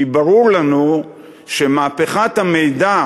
כי ברור לנו שמהפכת המידע